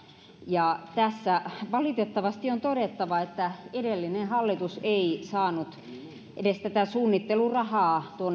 ja valitettavasti on todettava että edellinen hallitus ei saanut aikaan edes tätä suunnittelurahaa